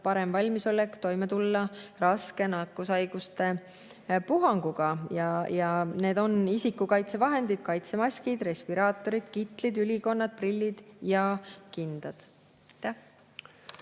parem valmisolek, et tulla toime raske nakkushaiguse puhanguga. Need on isikukaitsevahendid: kaitsemaskid, respiraatorid, kitlid, ülikonnad, prillid ja kindad.